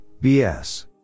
BS